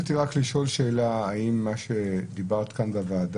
רציתי רק לשאול שאלה, האם מה שדיברת כאן בוועדה,